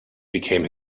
became